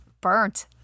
burnt